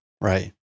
Right